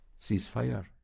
ceasefire